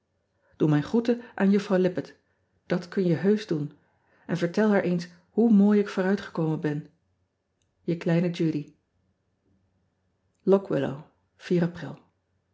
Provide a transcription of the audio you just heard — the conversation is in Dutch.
oe mijn groeten aan uffrouw ippett dat kun je heusch doen en vertel haar eens hoe mooi ik vooruitgekomen ben e kleine udy ock illow